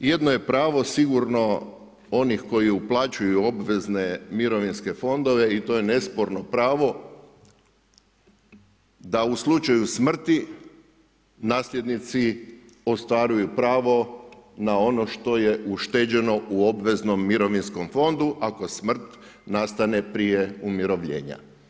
Jedno je pravo sigurno onih koji uplaćuju obvezne mirovinske fondove i to je nesporno pravo da u slučaju smrti nasljednici ostvaruju pravo na ono što je ušteđeno u obveznom mirovinskom fondu, ako smrt nastane prije umirovljenja.